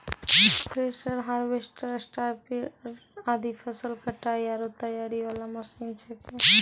thresher, harvester, स्टारीपर आदि फसल कटाई आरो तैयारी वाला मशीन छेकै